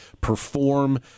perform